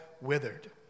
withered